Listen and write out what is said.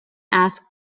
asked